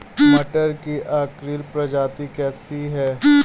मटर की अर्किल प्रजाति कैसी है?